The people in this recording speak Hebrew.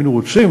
היינו רוצים,